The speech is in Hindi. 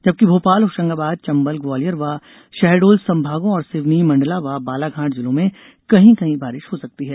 जबकि भोपाल होशंगाबाद चंबल ग्वालियर व शहडोल संभागों और सिवनी मंडला व बालाघाट जिलों में कहीं कहीं बारिश हो सकती है